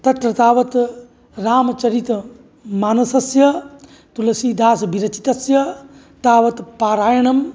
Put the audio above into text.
तत्र तावत् रामचरितमानसस्य तुलसीदासविरचितस्य तावत् पारायणं